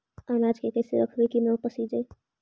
अनाज के कैसे रखबै कि न पसिजै?